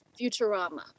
Futurama